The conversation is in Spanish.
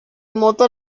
moto